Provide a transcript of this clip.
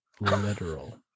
literal